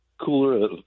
cooler